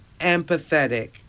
empathetic